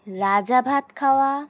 Rajabhatkhawa